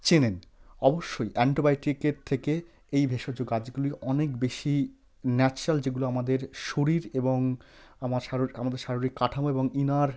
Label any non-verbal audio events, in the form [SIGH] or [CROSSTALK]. চেনেন অবশ্যই অ্যান্টিবায়োটিকের থেকে এই ভেষজ গাছগুলি অনেক বেশি ন্যাচারাল যেগুলো আমাদের শরীর এবং আমার [UNINTELLIGIBLE] আমাদের শারীরিক কাঠামো এবং ইনার